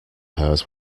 hers